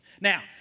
Now